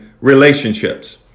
relationships